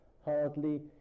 hardly